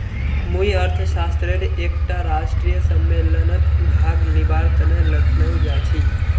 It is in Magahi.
मुई अर्थशास्त्रेर एकटा राष्ट्रीय सम्मेलनत भाग लिबार तने लखनऊ जाछी